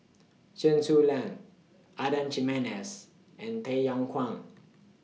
Chen Su Lan Adan Jimenez and Tay Yong Kwang